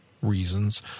reasons